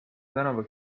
tänava